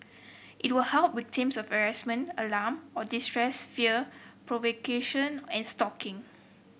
it will help victims of harassment alarm or distress fear provocation and stalking